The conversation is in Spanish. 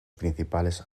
principales